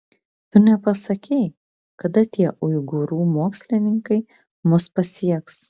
tu nepasakei kada tie uigūrų mokslininkai mus pasieks